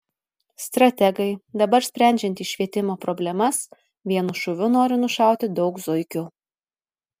strategai dabar sprendžiantys švietimo problemas vienu šūviu nori nušauti daug zuikių